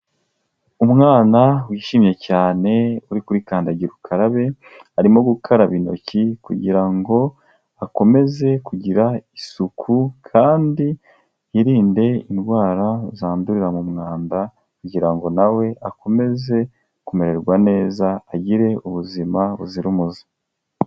Umwana wishimye cyane uri kuri kandagira ukarabe, arimo gukaraba intoki kugira ngo akomeze kugira isuku kandi yirinde indwara zandurira mu mwanda kugira ngo na we akomeze kumererwa neza, agire ubuzima buzira umuze.